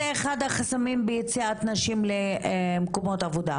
זה אחד החסמים ביציאת נשים למקומות עבודה,